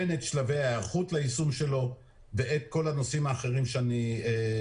הן את שלבי ההיערכות ליישום שלו ואת כל הנושאים האחרים שהזכרתי.